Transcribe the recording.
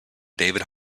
david